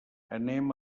anem